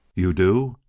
you do?